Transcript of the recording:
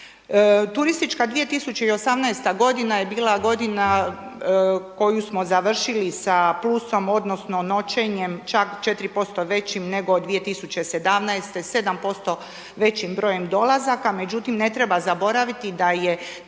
Turistička 2018. godina je bila godina koju smo završili sa plusom, odnosno noćenjem čak 4% većim nego 2017., 7% većim brojem dolazaka. Međutim, ne treba zaboraviti da je ta brojka